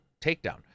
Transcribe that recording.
Takedown